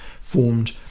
formed